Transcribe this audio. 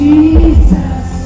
Jesus